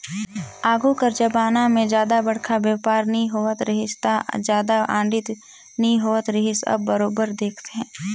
आघु कर जमाना में जादा बड़खा बयपार नी होवत रहिस ता जादा आडिट नी होत रिहिस अब बरोबर देखथे